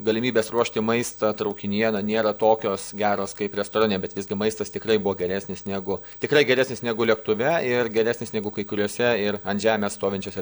galimybės ruošti maistą traukinyje na nėra tokios geros kaip restorane bet visgi maistas tikrai buvo geresnis negu tikrai geresnis negu lėktuve ir geresnis negu kai kuriuose ir ant žemės stovinčiuose